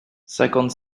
cinquante